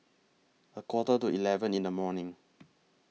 A Quarter to eleven in The morning